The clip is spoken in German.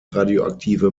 radioaktive